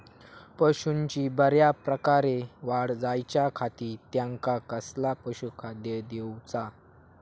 पशूंची बऱ्या प्रकारे वाढ जायच्या खाती त्यांका कसला पशुखाद्य दिऊचा?